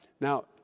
Now